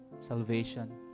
salvation